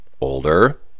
older